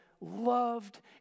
loved